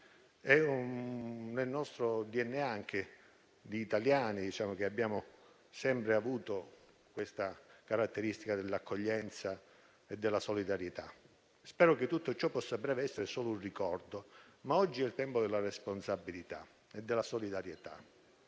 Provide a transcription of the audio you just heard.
È nel nostro DNA di italiani: abbiamo sempre avuto questa caratteristica tendenza all'accoglienza e alla solidarietà. Spero che tutto ciò possa a breve essere solo un ricordo, ma oggi è il tempo della responsabilità e della solidarietà.